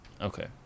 Okay